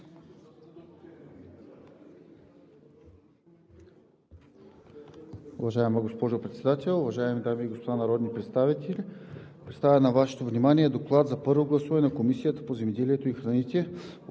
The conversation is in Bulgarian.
Уважаема госпожо Председател, уважаеми дами и господа народни представители! Ще поставя на Вашето внимание: „ДОКЛАД за първо гласуване на Комисията по земеделието и храните